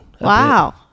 wow